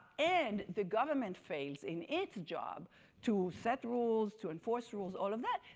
and the government fails in its job to set rules, to enforce rules, all of that,